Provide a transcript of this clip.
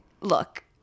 look